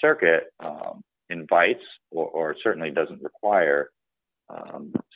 circuit invites or certainly doesn't require